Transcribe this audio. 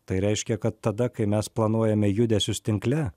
tai reiškia kad tada kai mes planuojame judesius tinkle